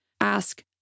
Ask